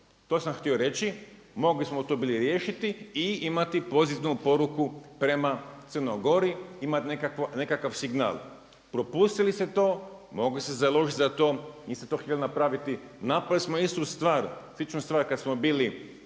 to sam htio reći, mogli smo to bili riješiti i imati pozitivnu poruku prema Crnoj Gori, imati nekakav signal. Propustili ste to, mogu se založiti za to, niste to htjeli napraviti, napravili smo istu stvar, sličnu stvar kad smo bili